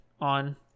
on